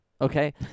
Okay